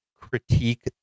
critique